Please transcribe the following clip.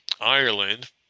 ireland